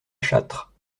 châtre